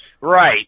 Right